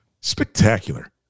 Spectacular